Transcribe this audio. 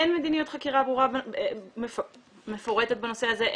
אין מדיניות חקירה ברורה ומפורטת בנושא הזה.